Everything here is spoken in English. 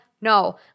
no